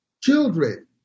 children